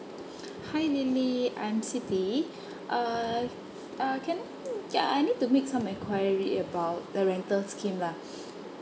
hi lily I'm siti uh uh can I know ya I need to make some enquiry about the rental scheme lah